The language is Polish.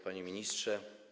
Panie Ministrze!